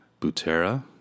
butera